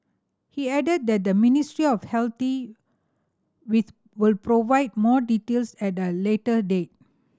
he added that the Ministry of Healthy with will provide more details at a later date